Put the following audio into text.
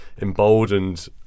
emboldened